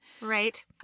Right